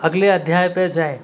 अगले अध्याय पे जाएं